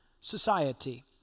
society